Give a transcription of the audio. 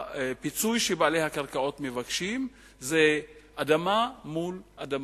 הפיצוי שבעלי הקרקעות מבקשים זה אדמה מול אדמה,